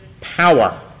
power